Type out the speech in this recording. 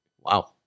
Wow